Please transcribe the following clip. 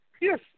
Yes